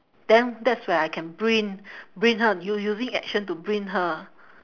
then that's where I can bring bring her u~ u~ using action to bring her